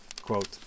quote